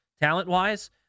Talent-wise